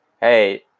Hey